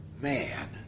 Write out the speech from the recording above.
man